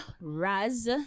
Raz